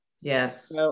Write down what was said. Yes